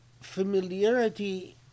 Familiarity